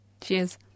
Cheers